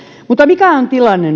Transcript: mutta mikä on tilanne